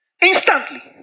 instantly